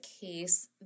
case